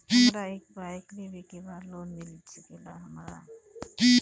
हमरा एक बाइक लेवे के बा लोन मिल सकेला हमरा?